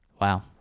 wow